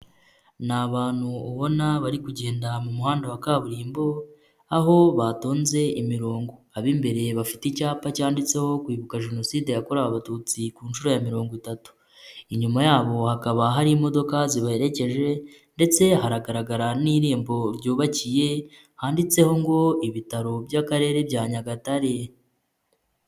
Ni abantu ubona bari kugenda mu muhanda wa kaburimbo, aho batonze imirongo, abimbere bafite icyapa cyanditseho kwibuka Jenoside yakorewe Abatutsi ku nshuro ya mirongo itatu, inyuma yabo hakaba hari imodoka zibaherekeje ndetse hahanagaragara n'irembo ryubakiye handitseho ngo ibitaro by'Akarere bya Nyagatare.